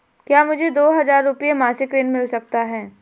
क्या मुझे दो हज़ार रुपये मासिक ऋण मिल सकता है?